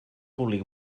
públic